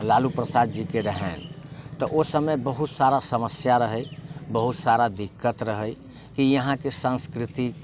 लालू प्रसाद जीके रहनि तऽ ओ समय बहुत सारा समस्या रहै बहुत सारा दिक्कत रहै की यहाँके संस्कृति